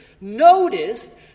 noticed